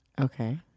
Okay